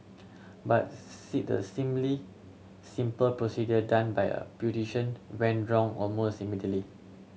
but see the seemly simple procedure done by a beautician went wrong almost immediately